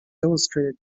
illustrated